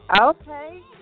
Okay